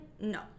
no